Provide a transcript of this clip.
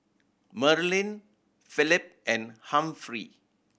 Maralyn Phillip and Humphrey